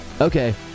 Okay